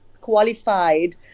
qualified